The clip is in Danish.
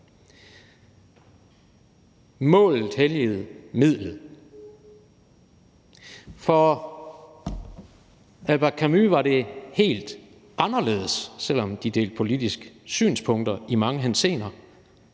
Målet helligede midlet. For Albert Camus var det helt anderledes, selv om de delte politiske synspunkter i mange henseender.